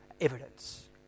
evidence